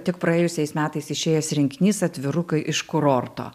tik praėjusiais metais išėjęs rinkinys atvirukai iš kurorto